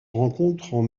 rencontrent